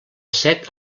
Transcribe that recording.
set